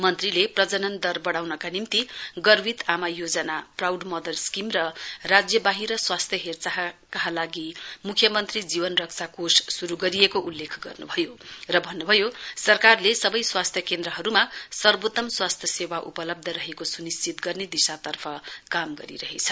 मन्त्रीले प्रजननन् दर बढाउनका निम्ति गर्वित आमा योजना प्राउड मदर स्कीम र राज्यबाहिर स्वास्थ्य हेर्चाहका लागि मुख्यमन्त्री जीवन रक्षा कोष शुरू गरिएको उल्लेख गर्नुभयो र भन्नु भयो सरकारले सबै स्वास्थ्य केन्द्रहरूमा सर्वोत्तम स्वास्थ्य सेवा उपलब्ध रहेको सुनिश्चित गर्ने दिशातर्फ काम गरिरहेछ